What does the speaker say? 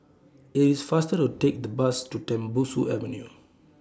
IT IS faster to Take The Bus to Tembusu Avenue